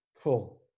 cool